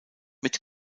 mit